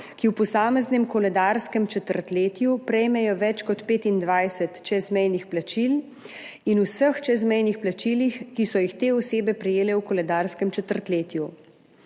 ki v posameznem koledarskem četrtletju prejmejo več kot 25 čezmejnih plačil, in o vseh čezmejnih plačilih, ki so jih te osebe prejele v koledarskem četrtletju.